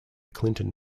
clinton